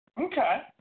Okay